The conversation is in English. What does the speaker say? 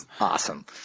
awesome